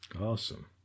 Awesome